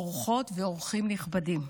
אורחות ואורחים נכבדים,